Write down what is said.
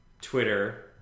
Twitter